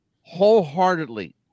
wholeheartedly